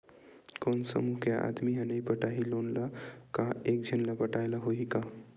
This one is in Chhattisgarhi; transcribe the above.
कोन समूह के आदमी हा नई पटाही लोन ला का एक झन ला पटाय ला होही का?